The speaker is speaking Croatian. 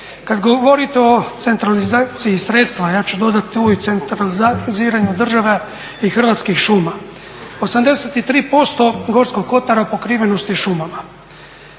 Kad govorite o centralizaciji sredstava, ja ću dodati tu i centraliziranju države i hrvatskih šuma, 83% Gorskog kotara pokrivenost je šumama.